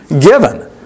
given